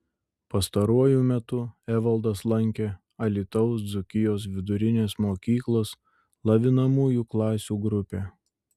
pastaruoju metu evaldas lankė alytaus dzūkijos vidurinės mokyklos lavinamųjų klasių grupę